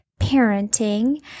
parenting